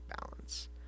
balance